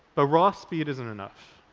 ah raw speed isn't enough.